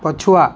ପଛୁଆ